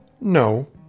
No